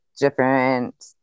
different